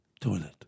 toilet